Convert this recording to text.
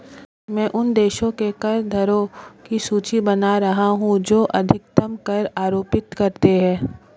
मैं उन देशों के कर दरों की सूची बना रहा हूं जो अधिकतम कर आरोपित करते हैं